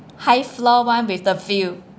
high floor [one] with the view